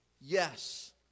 yes